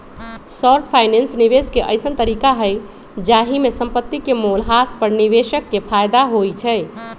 short finance निवेश के अइसँन तरीका हइ जाहिमे संपत्ति के मोल ह्रास पर निवेशक के फयदा होइ छइ